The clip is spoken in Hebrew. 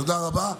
תודה רבה.